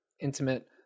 intimate